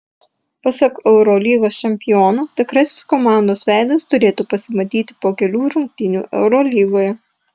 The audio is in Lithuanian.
pasak eurolygos čempiono tikrasis komandos veidas turėtų pasimatyti po kelių rungtynių eurolygoje